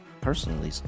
personally